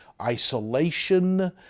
isolation